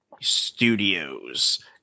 studios